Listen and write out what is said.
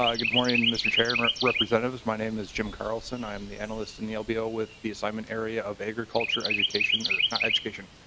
ah good morning. and mister chair and or representatives my name is jim carlson i'm the analysts and the appeal with the assignment area of agriculture education or education.